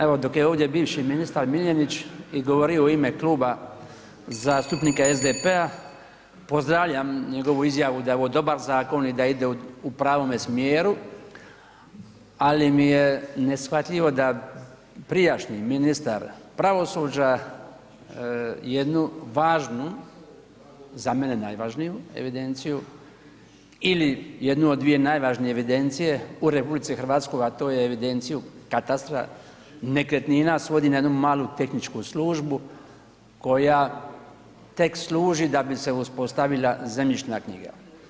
Evo dok je ovdje bivši ministar Miljenić i govorio u ime Kluba zastupnika SDP-a pozdravljam njegovu izjavu da je ovo dobar zakon i da ide u pravome smjeru, ali mi je neshvatljivo da prijašnji ministar pravosuđa jednu važnu, za mene najvažniju evidenciju ili jedu od dvije najvažnije evidencije u RH, a to je evidenciju katastra nekretnina svodi na jednu malu tehničku službu koja tek služi da bi se uspostavila zemljišna knjiga.